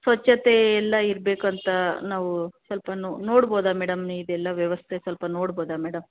ಸ್ವಚ್ಚತೆ ಎಲ್ಲ ಇರಬೇಕಂತ ನಾವು ಸ್ವಲ್ಪ ನೋಡ್ಬೌದಾ ಮೇಡಮ್ ಇದೆಲ್ಲ ವ್ಯವಸ್ಥೆ ಸ್ವಲ್ಪ ನೋಡ್ಬೌದಾ ಮೇಡಮ್